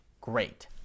great